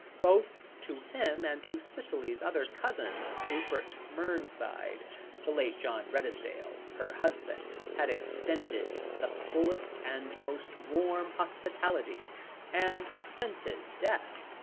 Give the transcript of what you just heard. both to him and to cicely's other cousin, rupert mernside the late john redesdale, her husband, had extended the fullest and most warm hospitality and since his death,